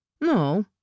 No